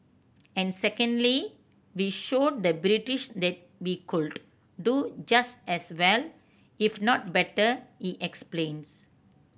and secondly we showed the British that we could do just as well if not better he explains